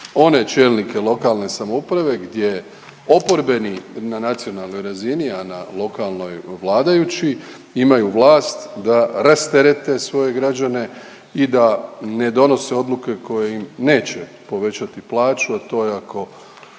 čelnike lokalne samouprave gdje oporbeni na nacionalnoj razini, a na lokalnoj vladajući imaju vlast da rasterete svoje građane i da ne donose odluke koje im neće povećati plaću, a to je ako